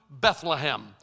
Bethlehem